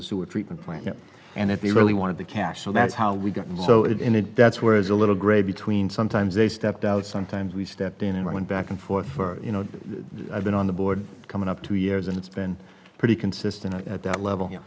the sewage treatment plant and if we really wanted the cash so that's how we got so it in and that's where as a little gray between sometimes they stepped out sometimes we stepped in and i went back and forth for you know i've been on the board coming up two years and it's been pretty consistent at that level